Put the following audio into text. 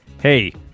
Hey